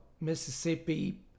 Mississippi